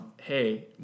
hey